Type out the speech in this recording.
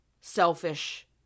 selfish